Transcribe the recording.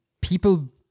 people